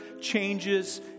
changes